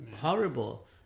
horrible